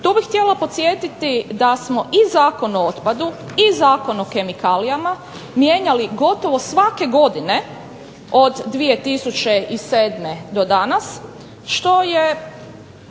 Tu bih htjela podsjetiti da smo i Zakon o otpadu i Zakon o kemikalijama mijenjali gotovo svake godine od 2007. do danas što je